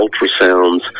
ultrasounds